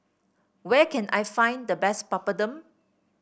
where can I find the best Papadum